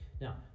Now